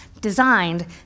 designed